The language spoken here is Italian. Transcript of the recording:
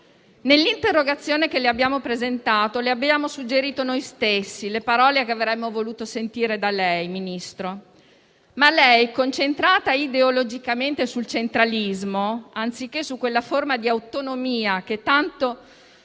Nell'interrogazione che abbiamo presentato le abbiamo suggerito noi stessi le parole che avremmo voluto sentire da lei, Ministro, ma lei, concentrata ideologicamente sul centralismo, anziché su quella forma di autonomia che tanto